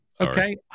Okay